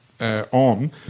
on